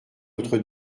notre